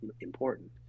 important